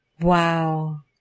Wow